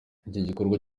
gikorwa